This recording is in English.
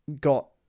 got